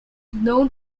known